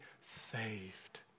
saved